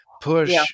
push